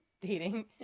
dating